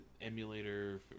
emulator